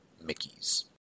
mickey's